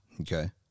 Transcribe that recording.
Okay